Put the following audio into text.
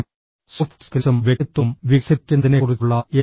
soft സ്കിൽസും വ്യക്തിത്വവും വികസിപ്പിക്കുന്നതിനെക്കുറിച്ചുള്ള എൻ